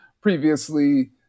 previously